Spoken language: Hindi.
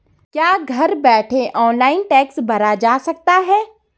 क्या घर बैठे ऑनलाइन टैक्स भरा जा सकता है?